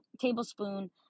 tablespoon